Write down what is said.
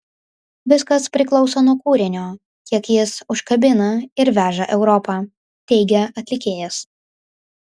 viskas priklauso nuo kūrinio kiek jis užkabina ir veža europa teigė atlikėjas